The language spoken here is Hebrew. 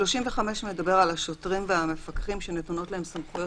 35 מדבר על השוטרים והמפקחים שנתונות להם סמכויות